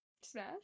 Smash